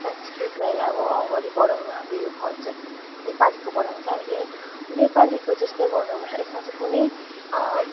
संस्कृतलाई अब अगाडि बढाउनु हाम्रो यो कल्चर नेपालीको बढाउनु भने चाहिँ हामीले नेपालीको जस्तै गर्नु पर्छ यसमा चाहिँ कुनै